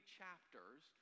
chapters